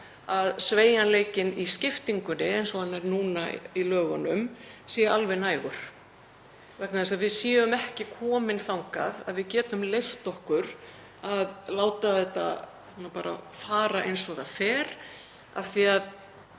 að sveigjanleikinn í skiptingunni, eins og hann er í lögunum, sé alveg nægur, að við séum ekki komin þangað að við getum leyft okkur að láta þetta bara fara eins og það fer af því að